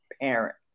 parent